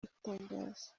gutangaza